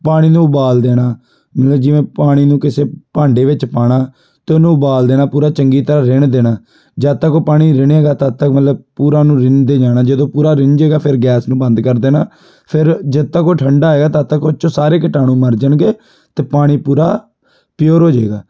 ਪਾਣੀ ਨੂੰ ਉਬਾਲ ਦੇਣਾ ਮਤਲਬ ਜਿਵੇਂ ਪਾਣੀ ਨੂੰ ਕਿਸੇ ਭਾਂਡੇ ਵਿੱਚ ਪਾਉਣਾ ਅਤੇ ਉਹਨੂੰ ਉਬਾਲ ਦੇਣਾ ਪੂਰਾ ਚੰਗੀ ਤਰ੍ਹਾਂ ਰਿੰਨ ਦੇਣਾ ਜਦੋਂ ਤੱਕ ਉਹ ਪਾਣੀ ਰਿੰਨੇਗਾ ਤਦ ਤੱਕ ਮਤਲਬ ਪੂਰਾ ਉਹਨੂੰ ਰਿਨ ਦੇ ਜਾਣਾ ਜਦੋਂ ਪੂਰਾ ਰਿੰਨ ਜਾਵੇਗਾ ਫਿਰ ਗੈਸ ਨੂੰ ਬੰਦ ਕਰ ਦੇਣਾ ਫਿਰ ਜਦੋਂ ਤੱਕ ਉਹ ਠੰਡਾ ਹੈਗਾ ਜਦੋਂ ਤੱਕ ਉਹ 'ਚ ਸਾਰੇ ਕੀਟਾਣੂ ਮਰ ਜਾਣਗੇ ਅਤੇ ਪਾਣੀ ਪੂਰਾ ਪਿਓਰ ਹੋ ਜਾਵੇਗਾ